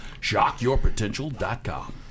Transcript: Shockyourpotential.com